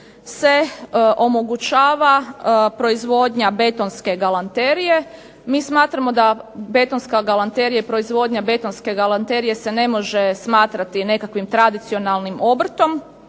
se omogućava proizvodnja betonske galanterije, mi smatramo da proizvodnja betonske galanterije se ne može smatrati nekakvim tradicionalnim obrtom,